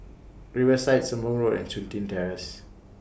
Riverside Sembong Road and Chun Tin Terrace